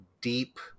deep